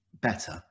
better